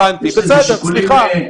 הבנתי, בסדר, סליחה.